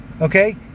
okay